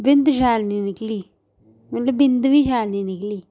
बिंद शैल नी निकली मतलब बिंद बी शैल नी निकली